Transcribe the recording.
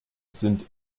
sind